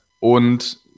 Und